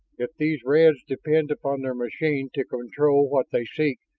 if these reds depend upon their machine to control what they seek,